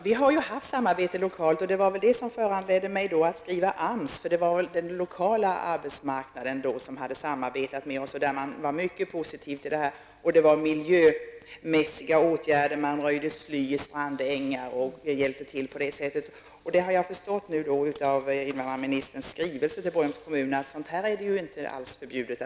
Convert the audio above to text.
Herr talman! Vi har haft samarbete lokalt, och det var vad som föranledde mig att skriva till AMS. Det var den lokala arbetsmarknaden som hade samarbetat med oss och där var man var mycket positiv. Man gjorde miljömässiga insatser, t.ex. röjde sly i strandängar. Jag har förstått av invandrarministerns skrivelse till Borgholms kommun att sådant inte är förbjudet.